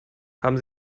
haben